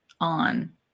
on